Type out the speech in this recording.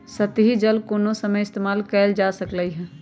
सतही जल कोनो समय इस्तेमाल कएल जा सकलई हई